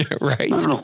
Right